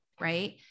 Right